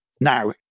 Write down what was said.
Now